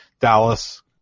Dallas